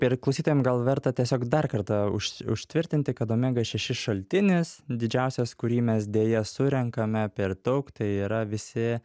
ir klausytojam gal verta tiesiog dar kartą už užtvirtinti kad omega šeši šaltinis didžiausias kurį mes deja surenkame per daug tai yra visi